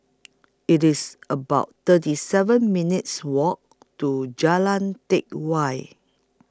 IT IS about thirty seven minutes' Walk to Jalan Teck Whye